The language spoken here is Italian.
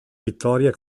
vittoria